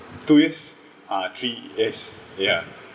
two years uh three yes ya